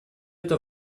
это